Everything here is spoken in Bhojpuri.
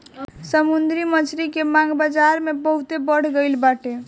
समुंदरी मछरी के मांग बाजारी में बहुते बढ़ गईल बाटे